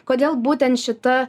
kodėl būtent šita